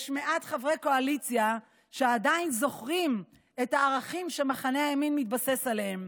יש מעט חברי קואליציה שעדיין זוכרים את הערכים שמחנה הימין מתבסס עליהם.